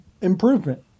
improvement